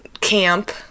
camp